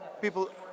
people